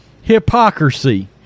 Hypocrisy